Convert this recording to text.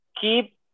keep